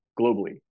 globally